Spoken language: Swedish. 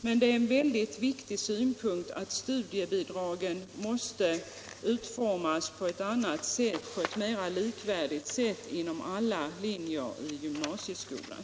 Men en mycket viktig synpunkt är att studiebidragen måste utformas på ett annat och mer likvärdigt sätt inom alla linjer i gymnasieskolan.